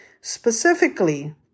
specifically